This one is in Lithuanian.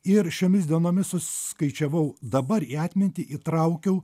ir šiomis dienomis suskaičiavau dabar į atmintį įtraukiau